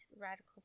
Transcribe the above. radical